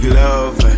love